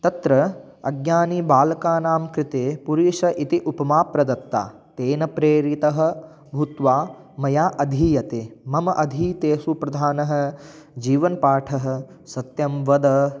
तत्र अज्ञानिबालकानां कृते पुरीशः इति उपमा प्रदत्ता तेन प्रेरितः भूत्वा मया अधीयते मम अधीतेषु प्रधानः जीवनपाठः सत्यं वद